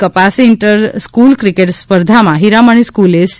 કપાસી inter school cricket સ્પર્ધામાં હીરામણી સ્કુલે C